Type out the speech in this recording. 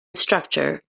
instructor